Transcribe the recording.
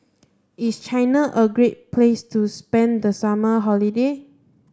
is China a great place to spend the summer holiday